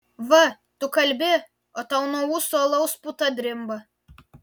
va tu kalbi o tau nuo ūsų alaus puta drimba